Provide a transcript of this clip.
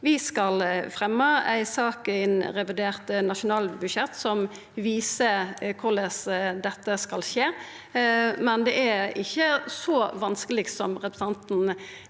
Vi skal fremja ei sak innan revidert nasjonalbudsjett som viser korleis dette skal skje. Men det er ikkje så vanskeleg som representanten